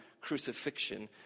crucifixion